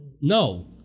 No